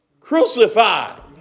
crucified